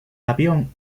avión